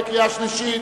בקריאה שלישית.